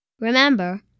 Remember